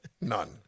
None